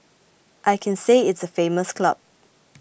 I can say it's a famous club